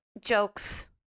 jokes